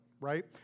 right